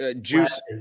juice